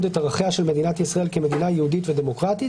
את ערכיה של מדינת ישראל כמדינה יהודית ודמוקרטית.